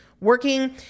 working